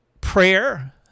prayer